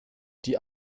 die